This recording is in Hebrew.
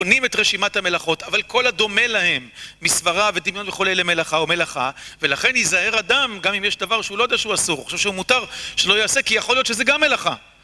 בונים את רשימת המלאכות, אבל כל הדומה להם מסברה ודמיון וכו' למלאכה או מלאכה ולכן ייזהר אדם גם אם יש דבר שהוא לא יודע שהוא אסור, חושב שהוא מותר שלא יעשה כי יכול להיות שזה גם מלאכה